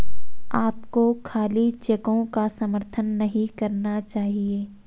आपको खाली चेकों का समर्थन नहीं करना चाहिए